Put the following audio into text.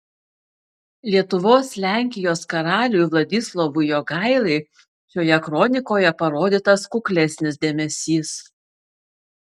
lietuvos lenkijos karaliui vladislovui jogailai šioje kronikoje parodytas kuklesnis dėmesys